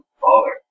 father